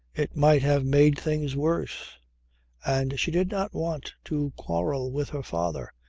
it might have made things worse and she did not want to quarrel with her father,